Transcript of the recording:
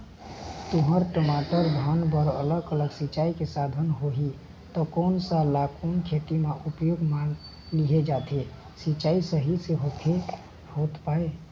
तुंहर, टमाटर, धान बर अलग अलग सिचाई के साधन होही ता कोन सा ला कोन खेती मा उपयोग मा लेहे जाथे, सिचाई सही से होथे पाए?